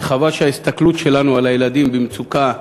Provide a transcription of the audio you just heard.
וחבל שההסתכלות שלנו על הילדים במצוקה,